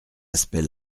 aspect